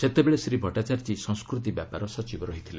ସେତେବେଳେ ଶ୍ରୀ ଭଟ୍ଟାଚାର୍ଜୀ ସଂସ୍କୃତି ବ୍ୟାପାର ସଚିବ ଥିଲେ